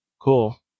cool